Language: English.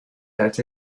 that